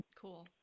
Cool